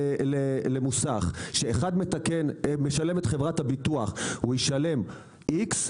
למוסך שאחד משלב את חברת הביטוח הוא ישלם X,